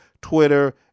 Twitter